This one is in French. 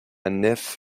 nef